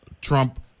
Trump